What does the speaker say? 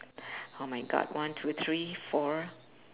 oh my god one two three four